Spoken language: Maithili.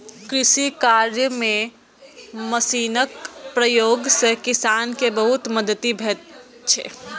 कृषि कार्य मे मशीनक प्रयोग सं किसान कें बहुत मदति भेटै छै